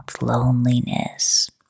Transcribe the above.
loneliness